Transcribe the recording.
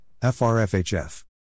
FRFHF